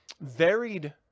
Varied